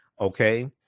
okay